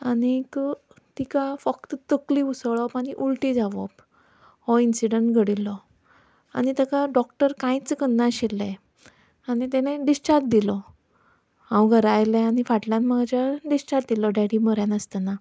आनीक तिका फक्त तकली उसळप आनी उलटी जावप हो इन्सिडंट घडिल्लो आनी ताका डॉक्टर कांयच करनाशिल्ले आनी तेणें डिसचार्ज दिलो हांव घरांत आयलें आनी फाटल्यान म्हज्या डिसचार्ज दिलो डॅडी म्हऱ्यांत आसतना